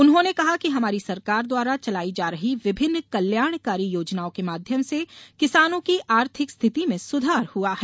उन्होंने कहा कि हमारी सरकार द्वारा चलाई जा रही विभिन्न कल्याणकारी योजनाओं के माध्यम से किसानो की आर्थिक स्थिति में सुधार हुआ है